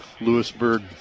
Lewisburg